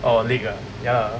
oh league ah ya